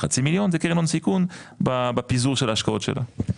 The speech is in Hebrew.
0.5 מיליון זה קרן הון סיכון בפיזור של ההשקעות שלה.